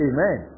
Amen